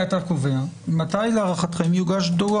מתי להערכתם יוגש דוח?